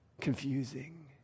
confusing